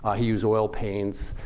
ah he used oil paints.